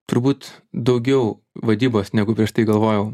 turbūt daugiau vadybos negu prieš tai galvojau